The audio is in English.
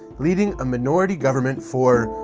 leading a minority government for.